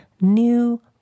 new